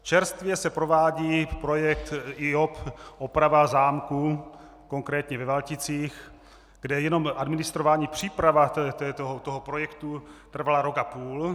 Čerstvě se provádí projekt IOP, oprava zámků, konkrétně ve Valticích, kde jenom administrování příprav toho projektu trvalo rok a půl.